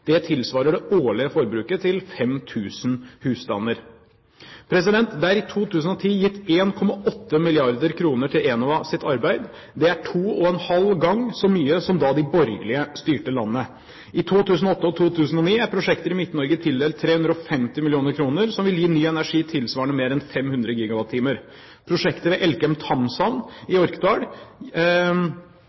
det tilsvarer det årlige forbruket til 5 000 husstander. Det er i 2010 gitt 1,8 mrd. kr til Enovas arbeid. Det er to og en halv gang så mye som da de borgerlige styrte landet. I 2008 og 2009 er prosjekter i Midt-Norge tildelt 350 mill. kr, som vil gi ny energi tilsvarende mer enn 500 GWh. Prosjektet ved Elkem Thamshavn i Orkdal